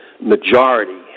majority